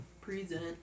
Present